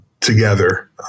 together